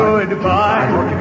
Goodbye